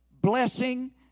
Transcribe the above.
blessing